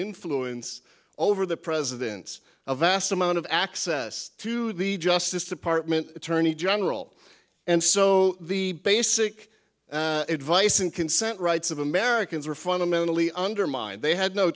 influence over the president's a vast amount of access to the justice department attorney general and so the basic advice and consent rights of americans were fundamentally undermined they had no